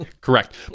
Correct